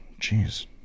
jeez